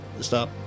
stop